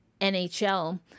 NHL